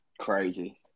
crazy